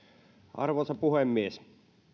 arvoisa puhemies